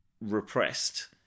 repressed